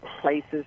places